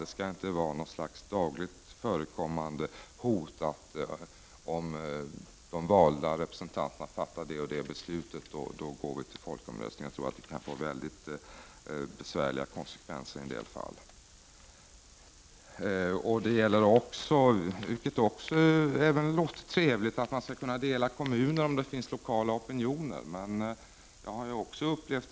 det skall alltså inte vara något slags dagligen förekommande hot — som t.ex. att om de valda representanterna fattar det eller det beslutet, måste det bli en folkomröstning. Jag tror att det skulle kunna få väldigt svåra konsekvenser i en del fall. Det gäller även en annan sak — och det här låter trevligt — nämligen detta med att kunna dela kommuner om det finns lokala opinioner för det. Men även det har jag i viss mån upplevt.